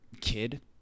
kid